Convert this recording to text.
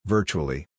Virtually